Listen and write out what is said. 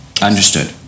Understood